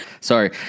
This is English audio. Sorry